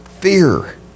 fear